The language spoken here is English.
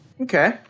Okay